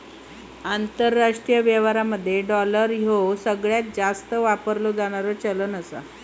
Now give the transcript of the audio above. आंतरराष्ट्रीय व्यवहारांमध्ये डॉलर ह्या सगळ्यांत जास्त वापरला जाणारा चलान आहे